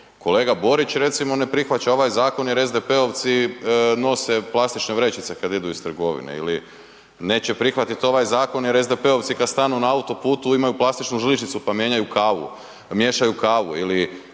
kolega Borić recimo ne prihvaća ovaj zakon jer SDP-ovci nose plastične vrećice kad idu uz trgovine ili neće prihvatiti ovaj zakon jer SDP-ovci kad stanu kad stanu na autoputu imaju plastičnu žličicu pa miješaju kavu ili